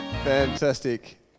Fantastic